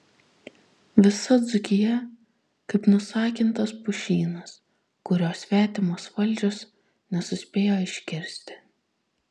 visa dzūkija kaip nusakintas pušynas kurio svetimos valdžios nesuspėjo iškirsti